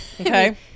Okay